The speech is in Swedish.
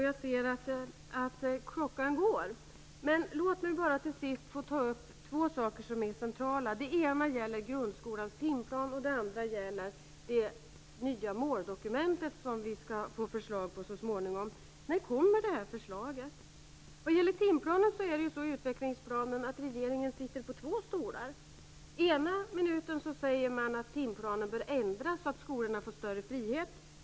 Jag ser att klockan går, men jag vill till sist ta upp två centrala saker. Det gäller grundskolans timplan och det nya måldokumentet, som vi skall få förslag om så småningom. När kommer det förslaget? När det gäller timplanen sitter ju regeringen på två stolar i utvecklingsplanen. Ena minuten säger man att timplanen bör ändras, så att skolorna får större frihet.